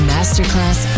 Masterclass